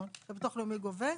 שהביטוח לאומי גובה.